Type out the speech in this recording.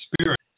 spirit